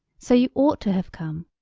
so you ought to have come.